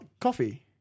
coffee